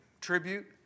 tribute